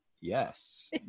yes